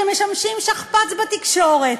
שמשמשים שכפ"ץ בתקשורת.